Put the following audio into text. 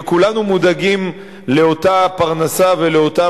וכולנו מודאגים בגלל אותה פרנסה ואותה